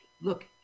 Look